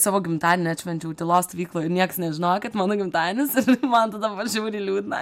savo gimtadienį atšvenčiau tylos stovykloj nieks nežinojo kad mano gimtadienis man tada bvuo žiauriai liūdna